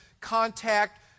contact